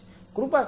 કૃપા કરીને